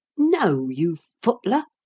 know, you footler!